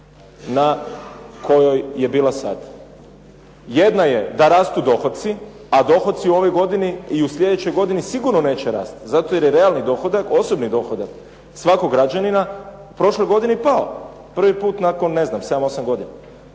na kojoj je bila sad. Jedna je da rastu dohoci a dohoci u ovoj godini i u slijedećoj godini sigurno neće rasti zato jer je realni dohodak, osobni dohodak svakog građanina u prošloj godini pao prvi put nakon sedam, osam godina.